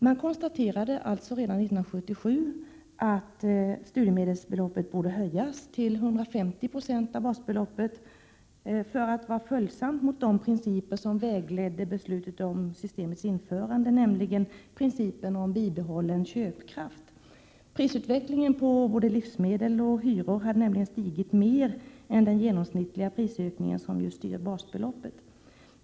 Man konstaterade alltså redan 1977 att studiemedelsbeloppet borde höjas till 150 20 av basbeloppet, för att vara följsamt mot de principer som var vägledande vid beslutet om systemets införande, nämligen principen om bibehållen köpkraft. Prisökningarna på både livsmedel och hyror hade nämligen varit större än den genomsnittliga prisökningen, vilken styr basbeloppet.